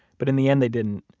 but in the end they didn't,